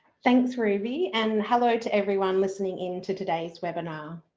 thanks ruby and hello to everyone listening in to today's webinar.